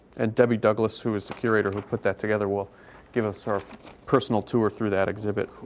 and debbie douglas, who was the curator who put that together, will give us our personal tour through that exhibit.